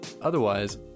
Otherwise